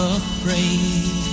afraid